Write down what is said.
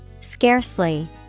scarcely